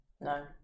No